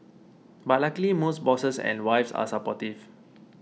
but luckily most bosses and wives are supportive